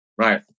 right